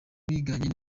biganye